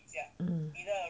mm